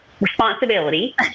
responsibility